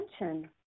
attention